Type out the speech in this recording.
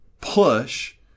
push